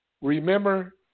remember